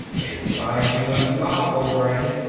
a society must evolve, obray.